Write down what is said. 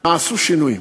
נעשו שינויים,